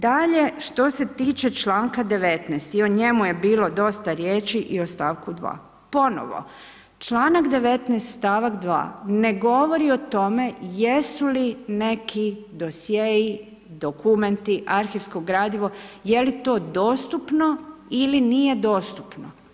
Dalje, što se tiče čl. 19. i o njemu je bilo dosta riječi i o stavku 2. Ponovno čl. 19. stavak 2 ne govori o tome, jesu li neki dosjei dokumenti, arhivsko gradivo je li to dostupno ili nije dostupno.